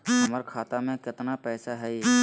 हमर खाता मे केतना पैसा हई?